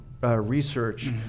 research